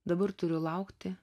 dabar turiu laukti